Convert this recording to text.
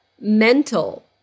mental